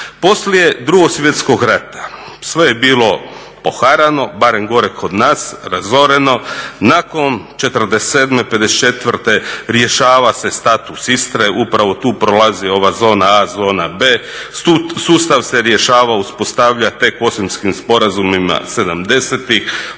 Poslije 2. svjetskog rata sve je bilo poharano, barem gore kod nas, razoreno, nakon '47., '54. rješava se status Istre. Upravo tu prolazi ova Zona A, Zona B. Sustav se rješava, uspostavlja tek … sporazumima '70-ih.